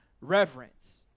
reverence